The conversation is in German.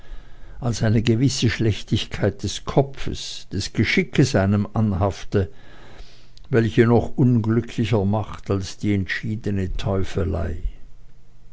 als eine gewisse schlechtigkeit des kopfes des geschickes einem anhafte welche noch unglücklicher macht als die entschiedene teufelei